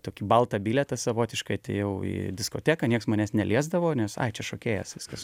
tokį baltą bilietą savotiškai atėjau į diskoteką nieks manęs neliesdavo nes ai čia šokėjas viskas